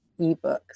eBooks